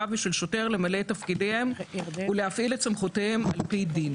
ושל שוטר למלא את תפקידיהם ולהפעיל את סמכויותיהם על-פי דין.